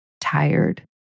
tired